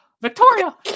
Victoria